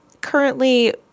Currently